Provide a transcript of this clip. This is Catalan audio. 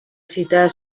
citar